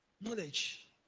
Knowledge